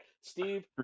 Steve